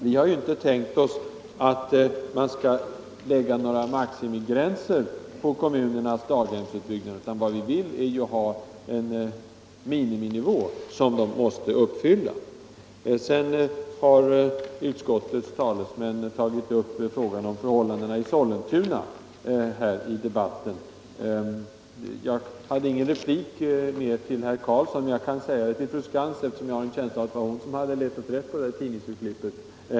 Vi har inte tänkt oss att man skall lägga några maximigränser på kommunernas daghemsutbyggnad, utan vad vi vill är att det skall vara en miniminivå som kommunerna måste uppfylla. Utskottets talesmän har i debatten tagit upp frågan om förhållandena i Sollentuna. Jag hade ingen ytterligare replik till herr Karlsson i Huskvarna, men jag kan nu svara fru Skantz i stället, eftersom jag har en känsla av att det var hon som hade letat rätt på det där tidningsurklippet.